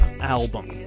album